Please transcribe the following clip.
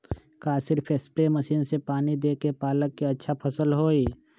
का सिर्फ spray machine से पानी देके पालक के अच्छा फसल होई?